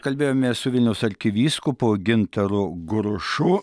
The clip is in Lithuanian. kalbėjomės su vilniaus arkivyskupu gintaru grušu